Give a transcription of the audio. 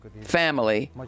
family